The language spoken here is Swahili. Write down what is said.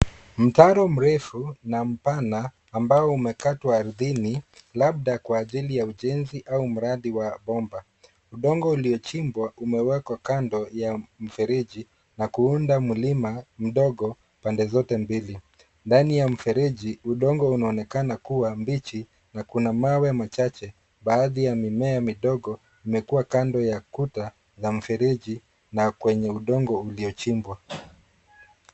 Mtaro mrefu na mpana ambao umekatwa ardhini labda kwa ajili ya ujenzi au mradi wa bomba. Udongo uliochimbwa umewekwa kando ya mfereji na kuundo mlima mdogo pande zote mbili. Ndani ya mfereji udongo unaonekana kuwa mbichi na kuna mawe machache. Baadhi ya mimea midogo imekuwa kando ya kuta za mfereji na kwenye udongo uliochimbwa.